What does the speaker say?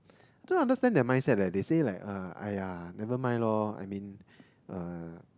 don't understand their mindsets leh they said like !aiya! nevermind loh I mean